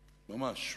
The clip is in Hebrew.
ממש.